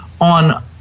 on